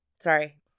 Sorry